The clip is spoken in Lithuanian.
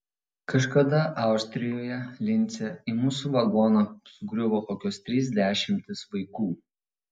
kažkada austrijoje lince į mūsų vagoną sugriuvo kokios trys dešimtys vaikų